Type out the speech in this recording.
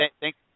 Thanks